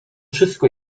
wszystko